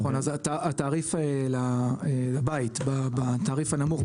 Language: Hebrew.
התעריף לבית בתעריף הנמוך,